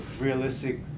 realistic